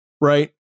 right